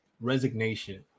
resignation